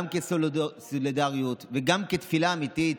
גם כסולידריות וגם כתפילה אמיתית,